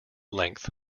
length